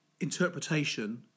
interpretation